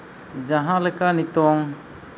ᱡᱟᱦᱟᱸ ᱞᱮᱠᱟ ᱱᱤᱛᱚᱝ